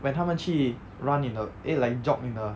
when 他们去 run in a eh like jog in a